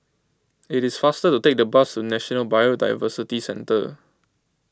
it is faster to take the bus to National Biodiversity Centre